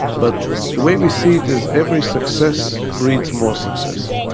but the way we see it is every success breeds more success.